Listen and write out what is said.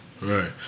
Right